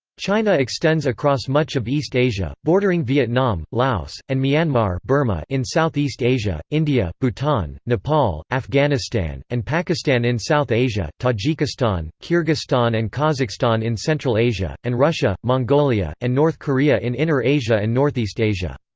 china extends across much of east asia, bordering vietnam, laos, and myanmar but um ah in southeast asia india, bhutan, nepal, afghanistan, and pakistan in south asia tajikistan, kyrgyzstan and kazakhstan in central asia and russia, mongolia, and north korea in inner asia and northeast asia.